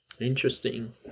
Interesting